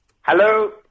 Hello